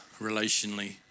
relationally